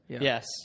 Yes